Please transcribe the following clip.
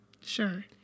Sure